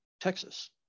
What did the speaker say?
Texas